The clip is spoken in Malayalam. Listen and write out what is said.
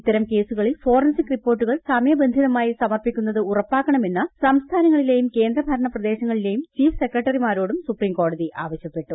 ഇത്തരം കേസുകളിൽ ഫോറൻസിക് റിപ്പോർട്ടുകൾ സമയബന്ധിതമായി സമർപ്പിക്കുന്നത് ഉറപ്പാക്കണമെന്ന് സംസ്ഥാനങ്ങളിലെയും കേന്ദ്ര ഭരണ ് പ്രദേശങ്ങളിലേയും ചീഫ് സെക്രട്ടറിമാരോടും സൂപ്രീം കോടതി ആവശ്യപ്പെട്ടു